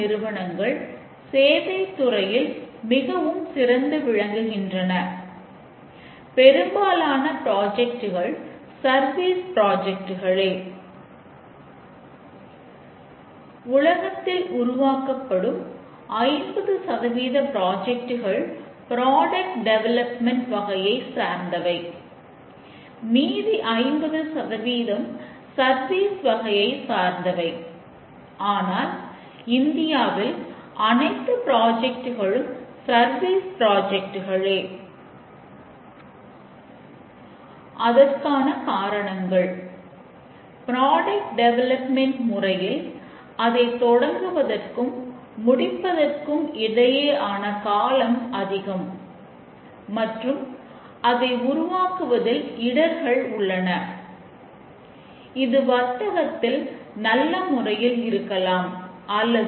நாம் நிபந்தனைகளைக் குறித்து வைக்கிறோம் அதாவது எந்த நிபந்தனைகளின் அடிப்படையில் என்ன உள்ளீட்டைக் கொடுத்தோம் என்பது